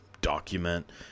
document